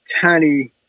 tiny